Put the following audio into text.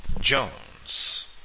Jones